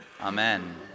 amen